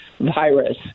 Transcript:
Virus